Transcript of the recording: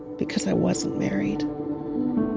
because i wasn't married